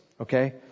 okay